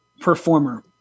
performer